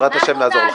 בעזרת השם נעזור לכם.